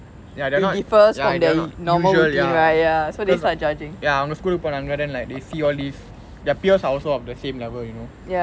ya they're not ya they're not usual ya cause like அவங்க:avanga school மோனாங்க:ponaanga then like they see all this their peers are also of the same level you know